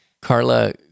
Carla